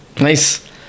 Nice